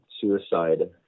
suicide